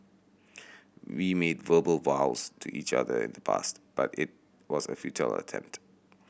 we made verbal vows to each other in the past but it was a futile attempt